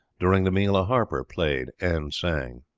during the meal a harper played and sung.